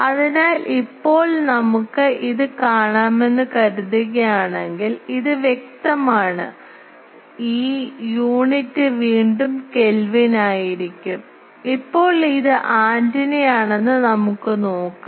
അതിനാൽ ഇപ്പോൾ നമുക്ക് ഇത് കാണാമെന്ന് കരുതുകയാണെങ്കിൽ ഇത് വ്യക്തമാണ് ഈ യൂണിറ്റ് വീണ്ടും കെൽവിൻ ആയിരിക്കും ഇപ്പോൾ ഇത് ആന്റിനയാണെന്ന് നമുക്ക് നോക്കാം